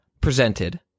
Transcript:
presented –